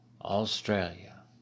Australia